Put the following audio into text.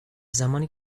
زمانی